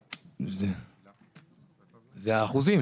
אחוזים.